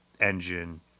engine